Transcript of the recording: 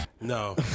No